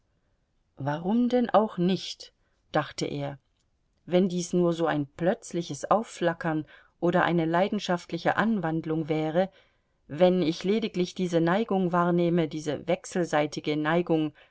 warum denn auch nicht dachte er wenn dies nur so ein plötzliches aufflackern oder eine leidenschaftliche anwandlung wäre wenn ich lediglich diese neigung wahrnähme diese wechselseitige neigung